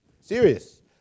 Serious